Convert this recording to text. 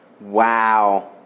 wow